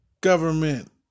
government